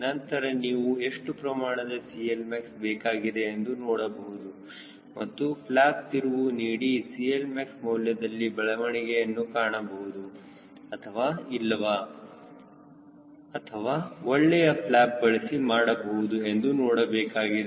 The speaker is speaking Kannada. ನಂತರ ನೀವು ಎಷ್ಟು ಪ್ರಮಾಣದ CLmax ಬೇಕಾಗಿದೆ ಎಂದು ನೋಡಬಹುದು ಮತ್ತು ಫ್ಲ್ಯಾಪ್ ತಿರುವು ನೀಡಿ CLmax ಮೌಲ್ಯದಲ್ಲಿ ಬೆಳವಣಿಗೆಯನ್ನು ಕಾಣಬಹುದು ಅಥವಾ ಇಲ್ಲವಾ ಅಥವಾ ಒಳ್ಳೆಯ ಫ್ಲ್ಯಾಪ್ ಬಳಸಿ ಮಾಡಬಹುದು ಎಂದು ನೋಡಬೇಕಾಗಿದೆ